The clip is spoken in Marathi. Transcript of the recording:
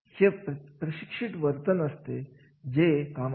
आता इथे मला एक उदाहरण द्यायला आवडेल बल्लारपूर उद्योगांमध्ये कार्याचे मूल्यमापन होते